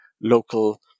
local